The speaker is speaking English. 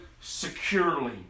securely